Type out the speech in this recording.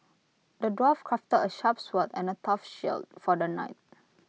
the dwarf crafted A sharp sword and A tough shield for the knight